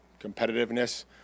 competitiveness